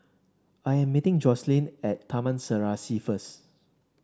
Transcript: I am meeting Joycelyn at Taman Serasi first